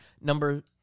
Number